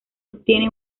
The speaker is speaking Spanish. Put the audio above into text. obtiene